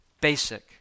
basic